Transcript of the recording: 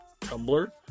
Tumblr